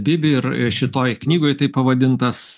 bibi ir šitoj knygoj taip pavadintas